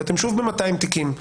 ושאתם שוב ב-200 תיקים,